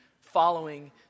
following